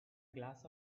glass